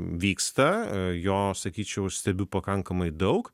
vyksta jo sakyčiau stebiu pakankamai daug